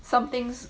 some things